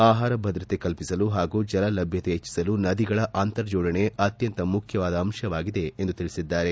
ಆಹಾರ ಭದ್ರತೆ ಕಲ್ಪಿಸಲು ಹಾಗೂ ಜಲ ಲಭ್ಣತೆ ಹೆಚ್ಚಿಸಲು ನದಿಗಳ ಅಂತರ್ ಜೋಡಣೆ ಅತ್ಯಂತ ಮುಖ್ಣವಾದ ಅಂಶವಾಗಿದೆ ತಿಳಿಸಿದ್ದಾರೆ